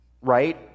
right